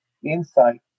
insight